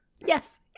Yes